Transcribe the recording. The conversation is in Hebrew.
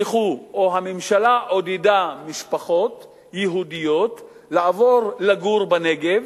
שנשלחו או שהממשלה עודדה אותם לעבור לגור בנגב.